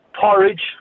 Porridge